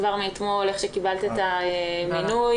כבר מאתמול איך שקיבלת את המינוי,